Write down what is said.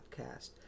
podcast